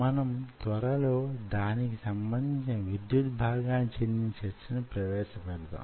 మనం త్వరలో దానికి సంబంధించిన విద్యుద్భాగాన్నికి చెందిన చర్చను ప్రవేశపెడదాం